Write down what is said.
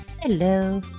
Hello